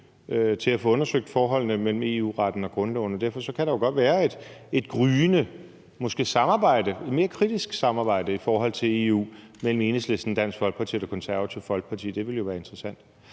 til at få undersøge forholdene mellem EU-retten og grundloven. Derfor kan der jo godt være et gryende måske samarbejde, et mere kritisk samarbejde i forhold til EU mellem Enhedslisten, Dansk Folkeparti og Det Konservative Folkeparti. Det ville jo være interessant.